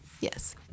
yes